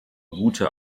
gute